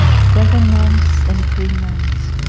seven monks and three nuns.